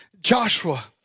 Joshua